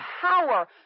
power